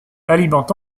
alimente